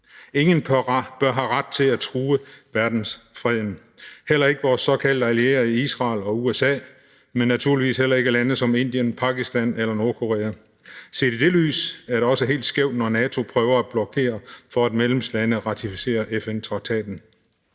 Ingen bør have ret til at true verdensfreden, heller ikke vores såkaldte allierede Israel og USA, men naturligvis heller ikke lande som Indien, Pakistan eller Nordkorea. Set i det lys er det også helt skævt, når NATO prøver at blokere for, at medlemslande ratificerer FN-traktaten.